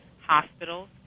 hospitals